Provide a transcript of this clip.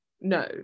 No